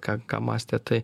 ką ką mąstė tai